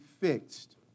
fixed